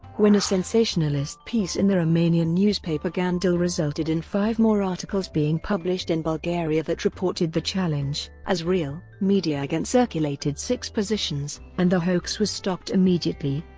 when a sensationalist piece in the romanian newspaper gandul resulted in five more articles being published in bulgaria that reported the challenge as real, media again circulated sic's positions, and the hoax was stopped immediately.